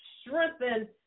strengthen